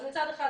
אז מצד אחד,